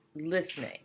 listening